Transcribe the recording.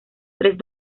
tres